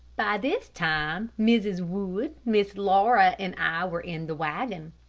by this time, mrs. wood, miss laura and i were in the wagon.